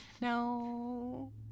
no